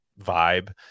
vibe